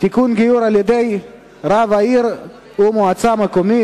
(גיור על-ידי רב עיר ומועצה מקומית),